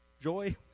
joy